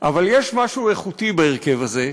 אבל יש משהו איכותי בהרכב הזה,